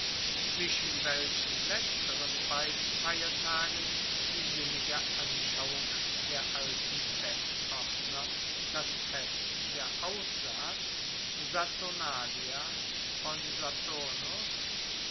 zwischen welchen letzteren beiden feiertagen die sinnige anschauung der alten festordner das fest der aussaat